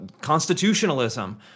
constitutionalism